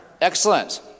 Excellent